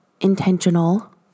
intentional